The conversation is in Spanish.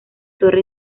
torre